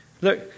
Look